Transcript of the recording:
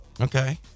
Okay